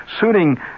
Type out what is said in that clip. Suiting